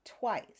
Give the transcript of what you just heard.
twice